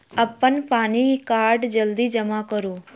अप्पन PAN card जल्दी जमा करू?